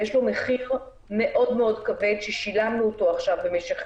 יש לו מחיר מאוד מאוד כבד ששילמנו אותו עכשיו במשך